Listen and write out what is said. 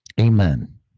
Amen